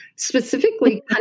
specifically